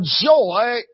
joy